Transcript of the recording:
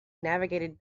navigated